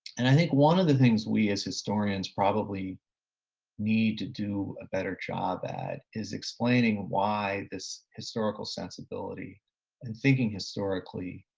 and i think one of the things we as historians probably need to do a better job at is explaining why this historical sensibility and thinking historically